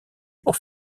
pour